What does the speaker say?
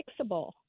fixable